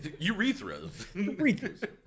Urethras